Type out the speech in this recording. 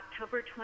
October